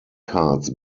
cards